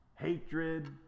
hatred